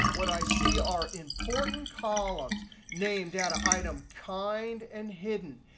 what i see are important columns name, data, item, kind, and hidden.